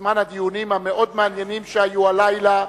בזמן הדיונים המאוד מעניינים שהיו הלילה,